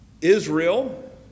Israel